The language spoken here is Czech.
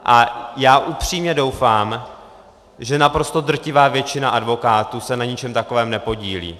A já upřímně doufám, že naprosto drtivá většina advokátů se na ničem takovém nepodílí.